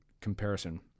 comparison